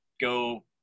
go